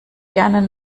gern